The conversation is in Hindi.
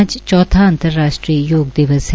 आज चौथा अंतर्राष्ट्रीय योग दिवस है